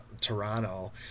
Toronto